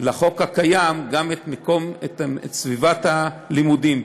לחוק הקיים גם את סביבת הלימודים.